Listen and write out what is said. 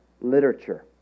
literature